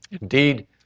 Indeed